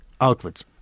outwards